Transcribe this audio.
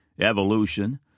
evolution